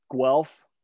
Guelph